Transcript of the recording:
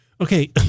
Okay